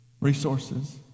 resources